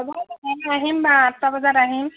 হ'ব আহিম বা আঠটা বজাত আহিম